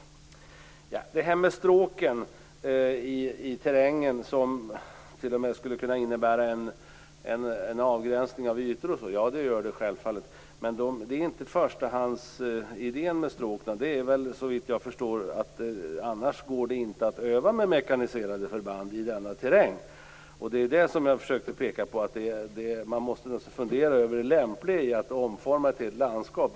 Försvarsminister talar om stråken i terrängen, som t.o.m. skulle kunna innebära en avgränsning av ytor. Det gör de självfallet, men det är inte förstahandsidén med stråken. Såvitt jag förstår går det inte att öva med mekaniserade förband i denna terräng om det inte finns stråk. Jag vill peka på att man måste fundera över det lämpliga i att omforma ett helt landskap.